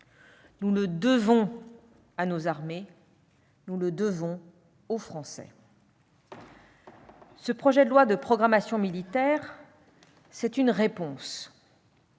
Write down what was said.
Nous le devons à nos armées. Nous le devons aux Français. Ce projet de loi de programmation militaire c'est une réponse